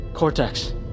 Cortex